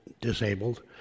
disabled